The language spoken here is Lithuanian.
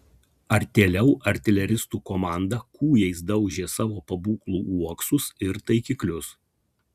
artėliau artileristų komanda kūjais daužė savo pabūklų uoksus ir taikiklius